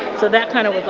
so that kind of was a